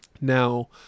now